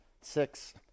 six